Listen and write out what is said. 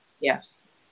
Yes